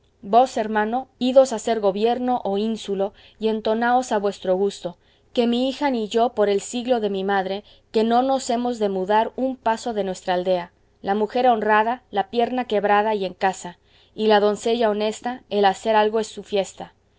vos hermano idos a ser gobierno o ínsulo y entonaos a vuestro gusto que mi hija ni yo por el siglo de mi madre que no nos hemos de mudar un paso de nuestra aldea la mujer honrada la pierna quebrada y en casa y la doncella honesta el hacer algo es su fiesta